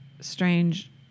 strange